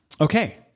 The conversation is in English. okay